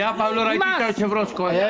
אני אף פעם לא ראיתי את היושב-ראש כועס.